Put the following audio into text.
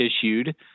issued